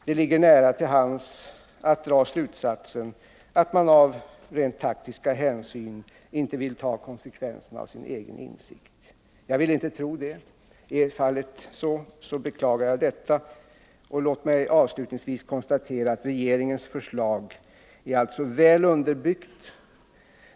Det ligger nära till hands att dra slutsatsen att man av rent taktiska hänsyn inte vill dra konsekvenserna av sin egen insikt. Jag vill inte tro det. Är så fallet, beklagar jag det. Låt mig avslutningsvis konstatera att regeringens förslag i allt är väl underbyggt.